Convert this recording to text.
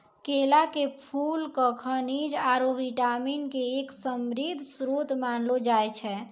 केला के फूल क खनिज आरो विटामिन के एक समृद्ध श्रोत मानलो जाय छै